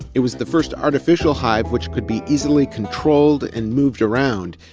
it was the first artificial hive, which could be easily controlled and moved around.